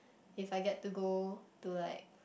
if I get to go to like